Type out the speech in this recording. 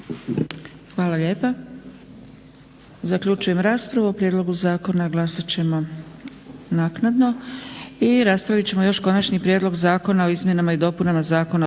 Hvala lijepa.